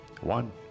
One